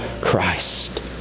Christ